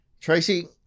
Tracy